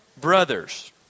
brothers